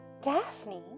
Daphne